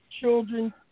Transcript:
Children